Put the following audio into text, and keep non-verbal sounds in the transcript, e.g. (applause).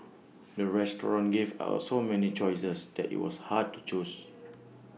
the restaurant gave our so many choices that IT was hard to choose (noise)